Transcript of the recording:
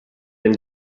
den